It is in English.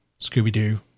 Scooby-Doo